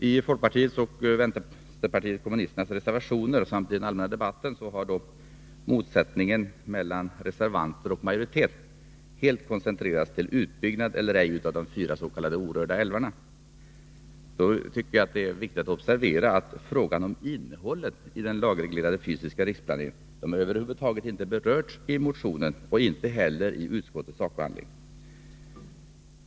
I folkpartiets och vänsterpartiet kommunisternas reservationer samt i den allmänna debatten har motsättningen mellan reservanter och majoritet helt koncentrerats till att gälla utbyggnad eller ej av de fyra s.k. orörda älvarna. Det är viktigt att observera att frågan om innehållet i den lagreglerade fysiska riksplaneringen över huvud taget inte har berörts i motionen och inte heller i utskottets sakbehandling.